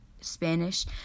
Spanish